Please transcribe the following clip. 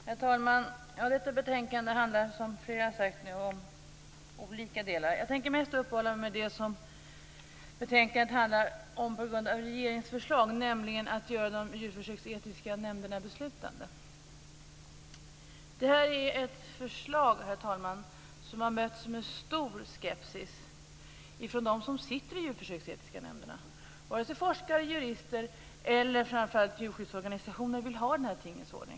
Herr talman! Detta betänkande handlar, som flera talare har sagt, om olika delar av djurskyddslagen. Jag tänker mest uppehålla mig vid de frågor i betänkandet som gäller regeringens förslag, nämligen att göra de djurförsöksetiska nämnderna beslutande. Det här är ett förslag, herr talman, som har mötts med stor skepsis från dem som sitter i de djurförsöksetiska nämnderna. Vare sig forskare, jurister eller framför allt djurskyddsorganisationer vill ha denna tingens ordning.